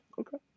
Okay